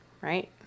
Right